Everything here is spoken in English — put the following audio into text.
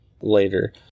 later